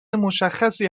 مشخصی